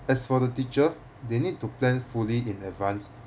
as for the teacher they need to plan fully in advance